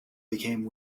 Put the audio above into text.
became